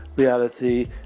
reality